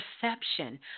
perception